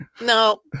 no